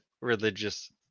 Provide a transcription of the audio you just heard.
religious